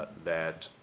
that